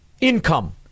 income